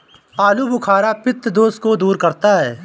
आलूबुखारा पित्त दोष को दूर करता है